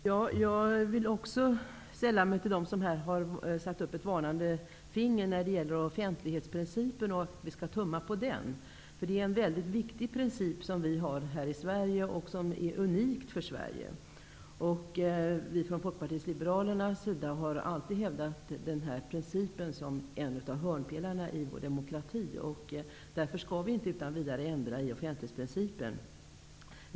Herr talman! Jag vill också sälla mig till dem som här har satt upp ett varnande finger när det gäller att tumma på offentlighetsprincipen. Det är en mycket viktig princip som vi har här i Sverige och som är unik för Sverige. Vi från Folkpartiet liberalernas sida har alltid hävdat denna princip som en av hörnpelarna i vår demokrati. Därför skall vi inte utan vidare ändra i offentlighetsprincipen.